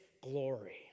glory